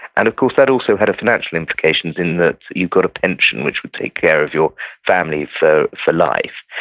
and of course that also had a financial implication in that you got a pension, which would take care of your family for for life,